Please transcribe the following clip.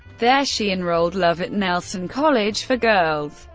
there, she enrolled love at nelson college for girls,